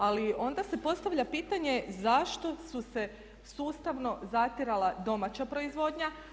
Ali onda se postavlja pitanje zašto su se sustavno zatirala domaća proizvodnja.